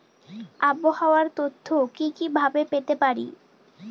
আবহাওয়ার তথ্য কি কি ভাবে পেতে পারি?